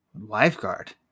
Lifeguard